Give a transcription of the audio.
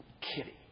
Kitty